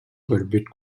көрбүт